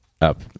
up